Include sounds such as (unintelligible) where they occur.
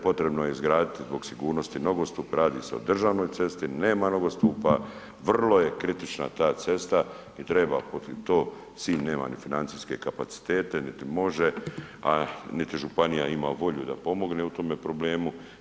Potrebno je izgradi zbog sigurnosti nogostup, radi se o državnoj cesti, nema nogostupa, vrlo je kritična ta cesta i treba ... (unintelligible) to, Sinj nema ni financijske kapacitete niti može a niti županija ima volju da pomogne u tome problemu.